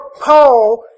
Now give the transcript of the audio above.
Paul